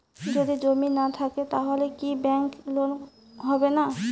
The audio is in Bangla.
যদি জমি না থাকে তাহলে কি ব্যাংক লোন হবে না?